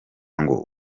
ngo